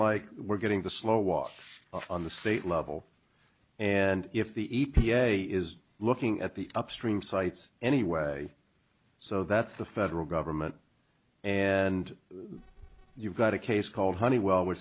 like we're getting the slow walk off on the state level and if the e p a is looking at the upstream sites anyway so that's the federal government and you've got a case called honeywell w